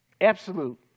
absolute